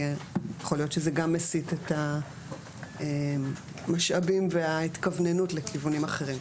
כי יכול להיות שזה גם מסית את המשאבים וההתכווננות לכיוונים אחרים.